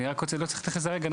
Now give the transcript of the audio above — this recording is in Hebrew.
לא צריך להתייחס הרגע,